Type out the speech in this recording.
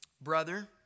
Brother